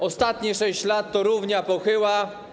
Ostatnie 6 lat to równia pochyła.